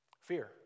Fear